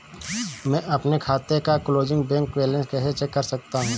मैं अपने खाते का क्लोजिंग बैंक बैलेंस कैसे चेक कर सकता हूँ?